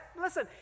Listen